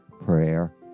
prayer